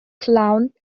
clown